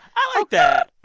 i like that